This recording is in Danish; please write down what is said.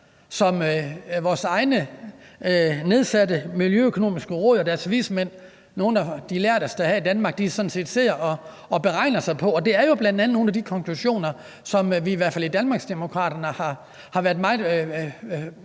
som vores eget nedsatte Miljøøkonomiske Råd og deres vismænd, nogle af de lærdeste her i Danmark, sådan set sidder og beregner på, og det er jo bl.a. nogle af de konklusioner, som vi i hvert fald i Danmarksdemokraterne har været meget